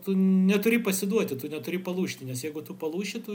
tu neturi pasiduoti tu neturi palūžti nes jeigu tu palūši tu